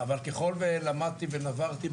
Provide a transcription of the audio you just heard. אבל ככל ולמדתי ונברתי בנושא,